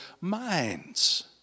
minds